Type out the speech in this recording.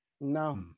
No